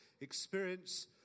experience